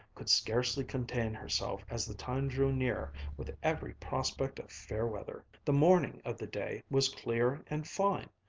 could scarcely contain herself as the time drew near with every prospect of fair weather. the morning of the day was clear and fine,